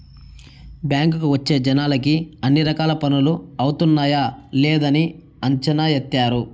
బ్యాంకుకి వచ్చే జనాలకి అన్ని రకాల పనులు అవుతున్నాయా లేదని అంచనా ఏత్తారు